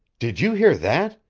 did you hear that?